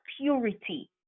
purity